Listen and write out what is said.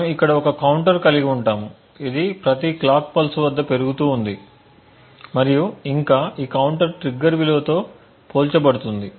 మనము ఇక్కడ ఒక కౌంటర్ కలిగి ఉంటాము ఇది ప్రతి క్లాక్ పల్స్ వద్ద పెరుగుతుంది మరియు ఇంకా ఈ కౌంటర్ ట్రిగ్గర్ విలువతో పోల్చబడుతుంది